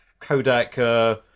Kodak